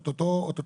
את אותו אחד,